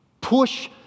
push